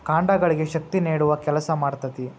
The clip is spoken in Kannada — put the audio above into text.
ಕಾಂಡಗಳಿಗೆ ಶಕ್ತಿ ನೇಡುವ ಕೆಲಸಾ ಮಾಡ್ತತಿ